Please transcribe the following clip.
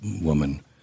woman